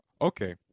Okay